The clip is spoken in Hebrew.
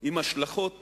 עם השלכות